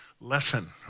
lesson